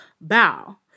Bow